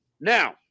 Now